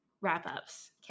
wrap-ups